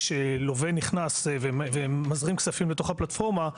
כשלווה נכנס ומזרים כספים לתוך הפלטפורמה,